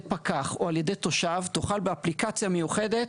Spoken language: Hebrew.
פקח או על ידי תושב תוכל באפליקציה מיוחדת,